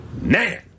Man